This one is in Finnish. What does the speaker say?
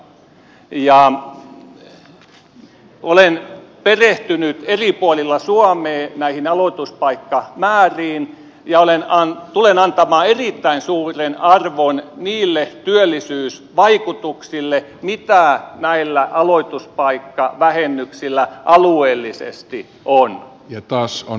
olen perehtynyt näihin aloituspaikkamääriin eri puolilla suomea ja tulen antamaan erittäin suuren arvon niille työllisyysvaikutuksille mitä näillä aloituspaikkavähennyksillä alueellisesti on nyt taas on